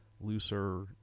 looser